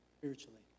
Spiritually